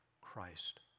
Christ